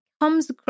comes